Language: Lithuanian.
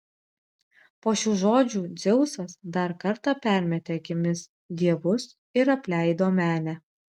po šių žodžių dzeusas dar kartą permetė akimis dievus ir apleido menę